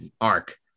arc